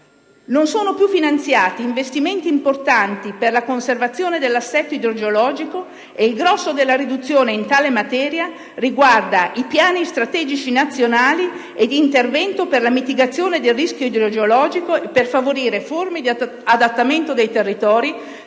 Non sono più finanziati investimenti importanti per la conservazione dell'assetto idrogeologico e il grosso della riduzione in tale materia riguarda i piani strategici nazionali e l'intervento per la mitigazione del rischio idrogeologico per favorire forme di adattamento dei territori